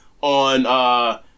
on